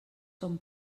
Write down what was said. són